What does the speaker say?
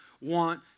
want